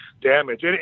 damage